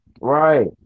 Right